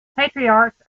patriarchs